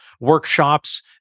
workshops